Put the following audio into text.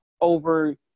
over